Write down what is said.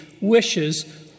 wishes